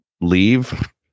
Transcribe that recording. leave